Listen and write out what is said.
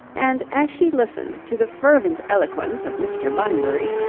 and, as she listened to the fervent eloquence of mr. bunbury,